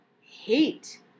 hate